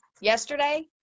yesterday